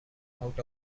out